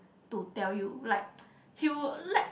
to tell you like he would like